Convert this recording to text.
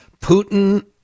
Putin